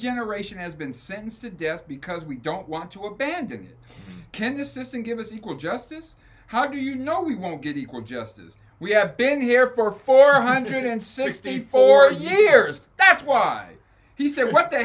generation has been sentenced to death because we don't want to abandon kendis and give us equal justice how do you know we won't get equal justice we have been here for four hundred and sixty four years that's why he said what the